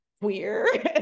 queer